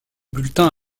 bulletin